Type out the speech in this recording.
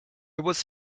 was